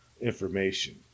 information